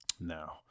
Now